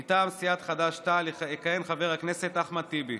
מטעם סיעת חד"ש-תע"ל יכהן חבר הכנסת אחמד טיבי.